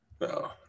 No